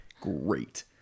great